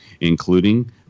including